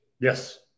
Yes